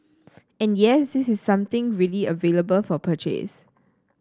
and yes this is something really available for purchase